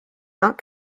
not